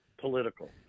political